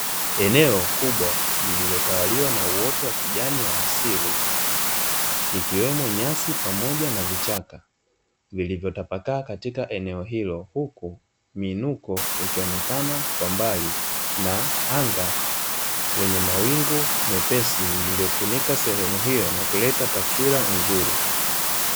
Eneo kubwa lililotawaliwa na uoto wa kijani wa asili, ikiwemo nyasi pamoja na vichaka vilivyotapakaa katika eneo hilo, huku miinuko ikionekana kwa mbali na anga lenye mawingu mepesi, iliyofunika sehemu hiyo na kuleta taswira nzuri.